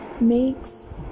makes